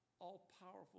all-powerful